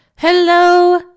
Hello